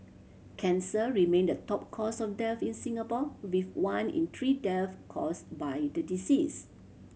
cancer remain the top cause of death in Singapore with one in three death caused by the disease